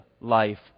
life